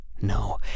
No